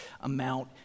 amount